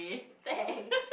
thanks